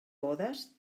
bodes